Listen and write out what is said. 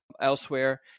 elsewhere